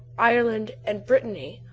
ireland and brittany,